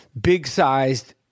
big-sized